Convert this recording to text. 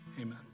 amen